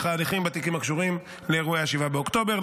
ההליכים בתיקים הקשורים לאירועי 7 באוקטובר.